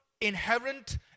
inherent